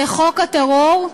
זה חוק הטרור,